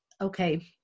Okay